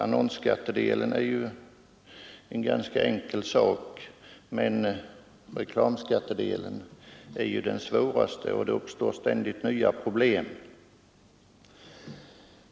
Annonsskattedelen är en ganska enkel sak, men reklamskattedelen är besvärlig, och det uppstår ständigt nya problem.